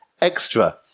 extra